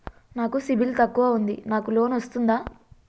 నాకు సిబిల్ తక్కువ ఉంది నాకు లోన్ వస్తుందా?